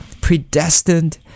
predestined